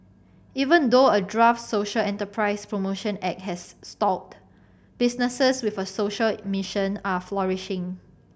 even though a draft social enterprise promotion act has stalled businesses with a social mission are flourishing